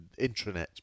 intranet